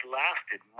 lasted